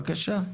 בבקשה.